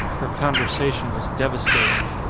her conversation was devastating.